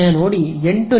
ಸಮಯ ನೋಡಿ 0800